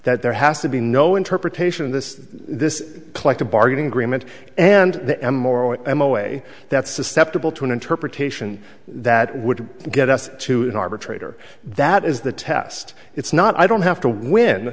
that there has to be no interpretation of this this collective bargaining agreement and the m or m away that susceptible to an interpretation that would get us to an arbitrator that is the test it's not i don't have to win